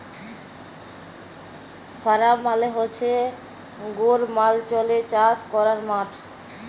farm মালে হছে গেরামালচলে চাষ ক্যরার মাঠ